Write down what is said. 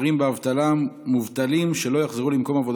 שלמרות שחלפו 75 שנים מאז כבו הכבשנים באושוויץ